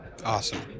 Awesome